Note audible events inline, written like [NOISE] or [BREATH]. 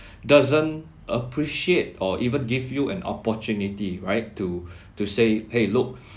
[BREATH] doesn't appreciate or even give you an opportunity right to [BREATH] to say !hey! look